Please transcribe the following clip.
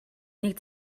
нэг